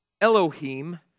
Elohim